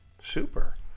Super